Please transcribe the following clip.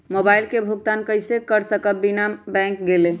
Mobile के भुगतान कईसे कर सकब बिना बैंक गईले?